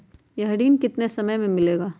यह ऋण कितने समय मे मिलेगा?